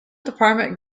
department